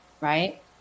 right